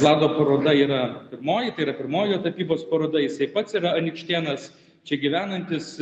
vlado paroda yra pirmoji tai yra pirmoji jo tapybos paroda jisai pats yra anykštėnas čia gyvenantis